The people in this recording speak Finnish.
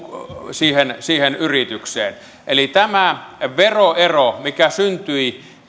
siihen siihen yritykseen eli tätä veroeroa mikä syntyi